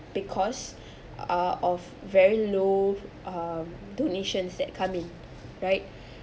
because are of very low um donations that come in right